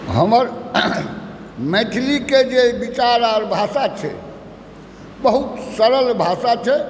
हमर मैथिलीके जे विचार आओर भाषा छै बहुत सरल भाषा छै